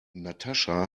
natascha